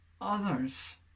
others